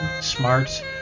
smarts